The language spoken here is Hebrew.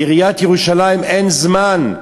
לעיריית ירושלים אין זמן,